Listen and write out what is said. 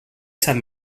sant